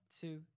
two